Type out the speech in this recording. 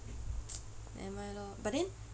nevermind lor but then